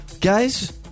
Guys